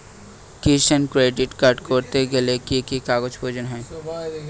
কিষান credit card করতে গেলে কি কি কাগজ প্রয়োজন হয়?